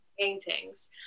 paintings